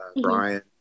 brian